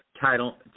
title